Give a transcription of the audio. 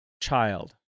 child